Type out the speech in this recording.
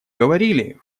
говорили